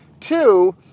Two